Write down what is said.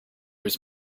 was